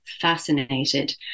fascinated